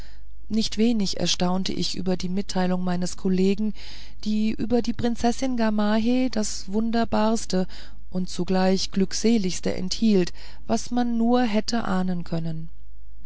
nicht wenig erstaunte ich über eine mitteilung meines kollegen die über die prinzessin gamaheh das wunderbarste und zugleich glückseligste enthielt was man nur hätte ahnen können